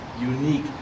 unique